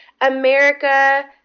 America